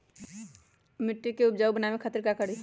मिट्टी के उपजाऊ बनावे खातिर का करी?